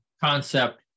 concept